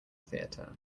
theater